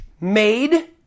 made